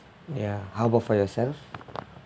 ya how about for yourself